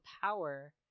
power